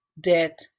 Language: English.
debt